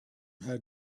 her